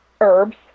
herbs